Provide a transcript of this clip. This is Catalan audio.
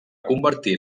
convertir